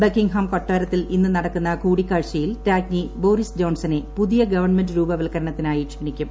Buckingham കൊട്ടാരത്തിൽ ഇന്ന് നടക്കുന്ന കൂടിക്കാഴ്ചയിൽ രാജ്ഞി ബോറിസ് ജോൺസണെ പുതിയ ഗവൺമെന്റ് രൂപവൽക്കരണത്തിനായി ക്ഷണിക്കും